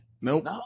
Nope